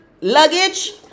Luggage